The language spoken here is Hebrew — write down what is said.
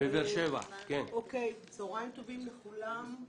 צהריים טובים לכולם,